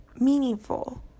meaningful